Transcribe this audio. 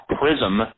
prism